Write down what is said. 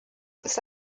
ist